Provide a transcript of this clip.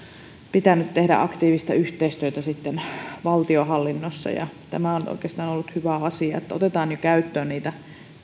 pitänyt sitten tehdä aktiivista yhteistyötä valtionhallinnossa tämä on oikeastaan ollut hyvä asia että otetaan käyttöön niitä